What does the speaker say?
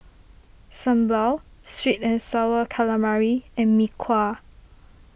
Sambal Sweet and Sour Calamari and Mee Kuah